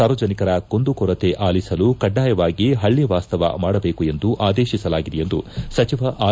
ಸಾರ್ವಜನಿಕರ ಕುಂದುಕೊರತೆ ಆಲಿಸಲು ಕಡ್ಡಾಯವಾಗಿ ಪಳ್ಳಿ ವಾಸ್ತವ ಮಾಡಬೇಕೆಂದು ಆದೇತಿಸಲಾಗಿದೆ ಎಂದು ಸಚಿವ ಆರ್